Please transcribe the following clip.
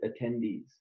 attendees